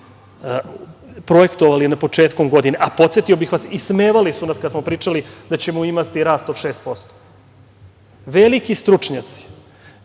projektovali na početku godine. Podsetio bih vas, ismevali su nas kad smo pričali da ćemo imati rast od 6%. Veliki stručnjaci,